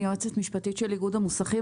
יועצת משפטית של איגוד המוסכים,